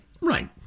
Right